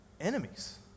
enemies